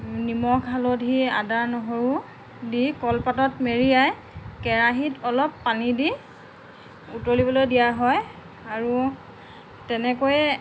নিমখ হালধি আদা নহৰু দি কলপাতত মেৰিয়াই কেৰাহীত অলপ পানী দি উতলিবলৈ দিয়া হয় আৰু তেনেকৈয়ে